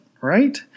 right